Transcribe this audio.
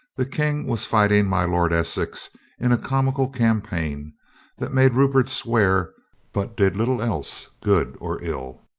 the king was fighting my lord essex in a comical campaign that made rupert swear but did little else good or ill.